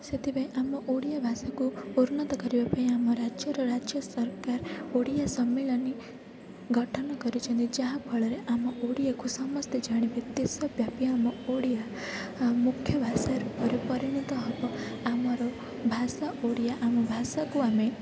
ସେଥିପାଇଁ ଆମ ଓଡ଼ିଆ ଭାଷାକୁ ଉନ୍ନତ କରିବା ପାଇଁ ଆମ ରାଜ୍ୟର ରାଜ୍ୟ ସରକାର ଓଡ଼ିଆ ସମ୍ମିଳନୀ ଗଠନ କରିଛନ୍ତି ଯାହାଫଳରେ ଆମ ଓଡ଼ିଆକୁ ସମସ୍ତେ ଜାଣିବେ ଦେଶ ବ୍ୟାପି ଆମ ଓଡ଼ିଆ ମୁଖ୍ୟ ଭାଷା ରୂପରେ ପରିଣତ ହେବ ଆମର ଭାଷା ଓଡ଼ିଆ ଆମ ଭାଷାକୁ ଆମେ